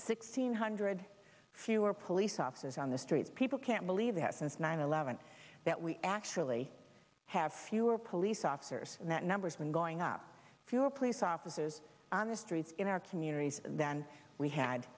sixteen hundred fewer police officers on the street people can't believe that since nine eleven that we actually have fewer police officers and that numbers when going up fewer police officers on the streets in our communities than we had